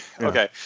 Okay